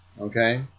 okay